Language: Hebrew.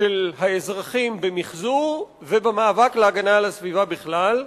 של האזרחים במיחזור ובמאבק להגנה על הסביבה בכלל,